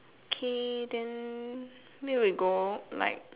okay then maybe we go